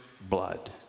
blood